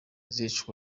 zicwa